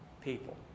people